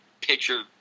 picture